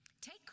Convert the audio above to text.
Take